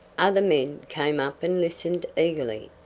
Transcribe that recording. other men came up and listened eagerly.